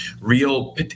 real